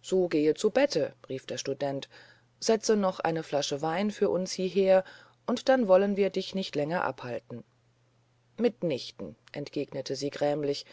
so gehe zu bette rief der student setze noch eine flasche wein für uns hieher und dann wollen wir dich nicht länger abhalten mitnichten entgegnete sie grämlich